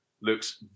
looks